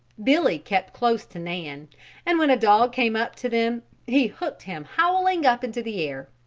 billy kept close to nan and when a dog came up to them he hooked him howling up into the air.